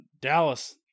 Dallas